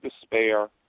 despair